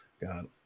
God